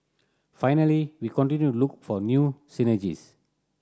finally we continue look for new synergies